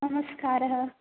नमस्कारः